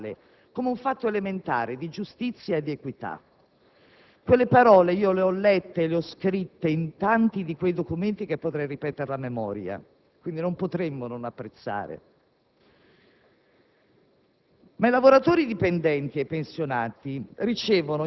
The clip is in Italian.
con parole sull'esigenza di combattere l'evasione fiscale come un fatto elementare di giustizia e di equità. Quelle parole le ho lette e le ho scritte in tanti di quei documenti che potrei ripeterle a memoria; quindi, non potremmo non apprezzare.